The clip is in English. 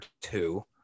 two